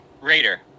Raider